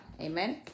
amen